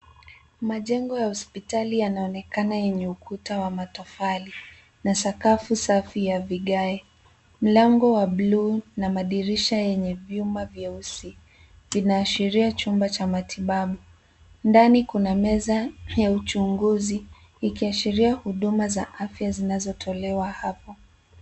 Majengo hospitali yanaonekana yenye ukuta wa matofali na sakafu safi ya vigae. Mlango wa bluu na madirisha yenye vyumba vyeusi vinaashiria chumba cha matibabu. Ndani kuna meza ya uchunguzi ikiashiria huduma za afya zinazotolewa hapo.